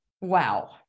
Wow